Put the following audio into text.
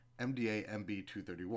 MDA-MB231